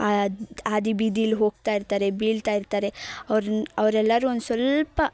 ಆದ್ ಹಾದಿ ಬೀದಿಲಿ ಹೋಗ್ತಾ ಇರ್ತಾರೆ ಬೀಳ್ತಾ ಇರ್ತಾರೆ ಅವ್ರುನ್ನ ಅವ್ರೆಲ್ಲರೂ ಒಂದು ಸ್ವಲ್ಪ